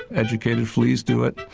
educated fleas do it.